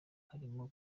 harimo